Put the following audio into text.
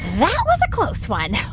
that was a close one.